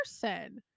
person